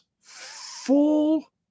full